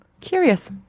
Curious